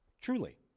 Truly